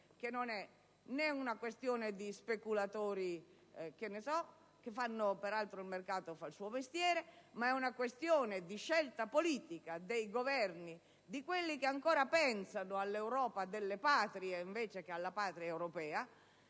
che non è una questione di speculatori (peraltro il mercato fa il suo mestiere), ma è una questione di scelta politica dei Governi, di quelli che ancora pensano all'Europa delle Patrie invece che alla Patria europea,